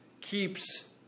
keeps